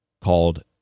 called